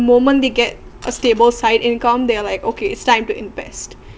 moment they get a stable side income they're like okay it's time to invest